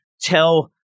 tell